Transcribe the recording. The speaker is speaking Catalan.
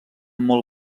molt